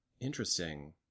interesting